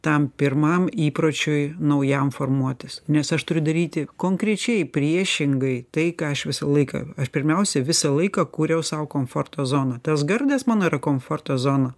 tam pirmam įpročiui naujam formuotis nes aš turiu daryti konkrečiai priešingai tai ką aš visą laiką aš pirmiausia visą laiką kūriau sau komforto zoną tas gardas mano yra komforto zona